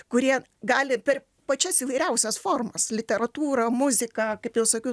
kurie gali per pačias įvairiausias formas literatūrą muziką kaip jau sakiau